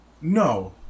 No